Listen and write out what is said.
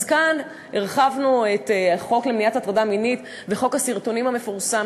אז כאן הרחבנו את החוק למניעת הטרדה מינית וחוק הסרטונים המפורסם,